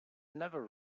never